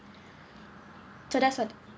so that's what